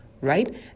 right